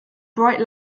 bright